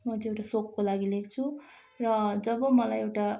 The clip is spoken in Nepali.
म चाहिँ एउटा सोखको लागि लेख्छु र जब मलाई एउटा